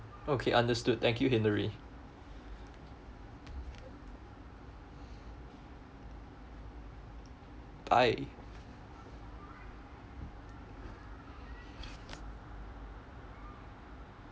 okay understood thank you hillary bye